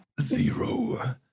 Zero